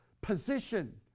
position